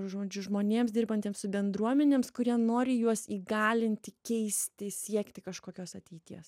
žodžiu žmonėms dirbantiems su bendruomenėms kurie nori juos įgalinti keisti siekti kažkokios ateities